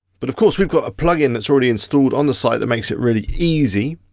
but of course, we've got a plugin that's already installed on the site that makes it really easy.